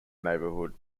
neighbourhood